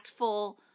impactful